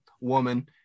woman